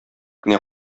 кенә